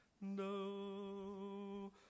No